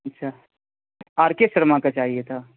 اچھا R K Sharma کا چاہیے تھا